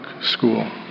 school